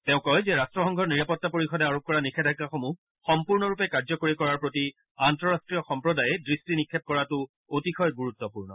তেওঁ কয় যে ৰাট্টসংঘৰ নিৰাপতা পৰিষদে আৰোপ কৰা নিষেধাজাসমূহ সম্পূৰ্ণৰূপে কাৰ্যকৰী কৰাৰ প্ৰতি আন্তঃৰাষ্ট্ৰীয় সম্প্ৰদায়ে দৃষ্টি নিক্ষেপ কৰাটো অতিশয় গুৰুত্পূৰ্ণ